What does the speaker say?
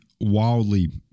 wildly